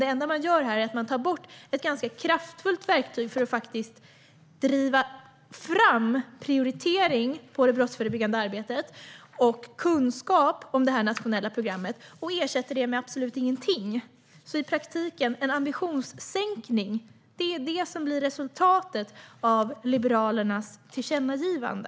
Det enda man gör här är att man tar bort ett ganska kraftfullt verktyg, som är tänkt att driva fram prioritering av det brottsförebyggande arbetet och kunskap om det nationella programmet, och ersätter det med absolut ingenting. I praktiken är det alltså en ambitionssänkning som blir resultatet av Liberalernas tillkännagivande.